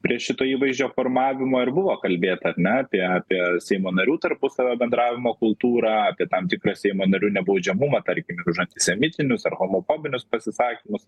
prie šito įvaizdžio formavimo ir buvo kalbėta ar ne apie apie seimo narių tarpusavio bendravimo kultūrą apie tam tikrą seimo narių nebaudžiamumą tarkim ir už antisemitinius ar homofobinius pasisakymus